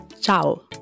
ciao